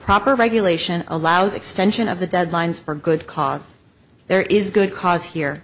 proper regulation allows extension of the deadlines for good cause there is good cause here